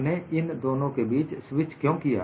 हम ने इन दोनों के बीच स्विच क्यों किया